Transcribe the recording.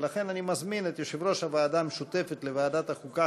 ולכן אני מזמין את יושב-ראש הוועדה המשותפת לוועדת החוקה,